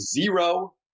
zero